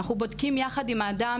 אנחנו בודקים יחד עם האדם,